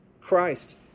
Christ